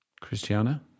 christiana